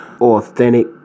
authentic